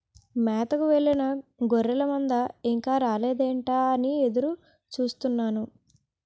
మేతకు వెళ్ళిన గొర్రెల మంద ఇంకా రాలేదేంటా అని ఎదురు చూస్తున్నాను